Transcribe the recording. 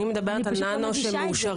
אני מדברת על ננו מאושרים.